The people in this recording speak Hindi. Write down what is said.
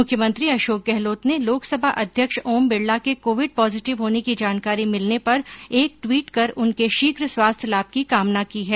मुख्यमंत्री अशोक गहलोत ने लोकसभा अध्यक्ष ओम बिरला के कोविड पॉजिटिव होने की जानकारी मिलने पर एक ट्वीट कर उनके शीघ्र स्वास्थ्य लाभ की कामना की है